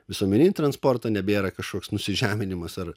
visuomeninį transportą nebėra kažkoks nusižeminimas ar